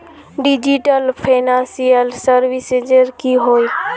Digital financial services की होय?